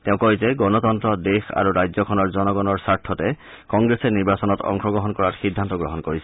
তেওঁ কয় যে গণতন্ত্ৰ দেশ আৰু ৰাজ্যখনৰ জনগনৰ স্বাৰ্থতে কংগ্ৰেছে নিৰ্বাচনত অংশগ্ৰহণ কৰাৰ সিদ্ধান্ত গ্ৰহণ কৰিছে